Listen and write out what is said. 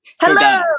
Hello